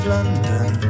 London